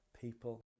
people